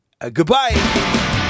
goodbye